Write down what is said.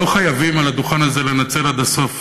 לא חייבים על הדוכן הזה לנצל עד הסוף